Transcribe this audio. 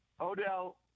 Odell